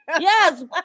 Yes